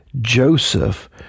Joseph